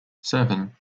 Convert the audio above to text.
seven